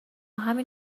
همین